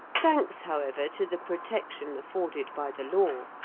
thanks, however, to the protection afforded by the law,